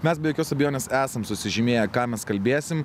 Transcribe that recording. mes be jokios abejonės esam susižymėję ką mes kalbėsim